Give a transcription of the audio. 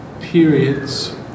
periods